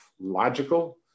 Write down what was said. logical